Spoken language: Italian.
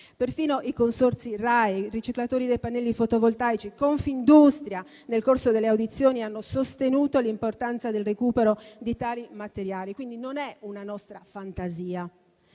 Perfino i consorzi RAEE, i riciclatori dei pannelli fotovoltaici e Confindustria, nel corso delle audizioni, hanno sostenuto l'importanza del recupero di tali materiali. Quindi, non è una nostra fantasia.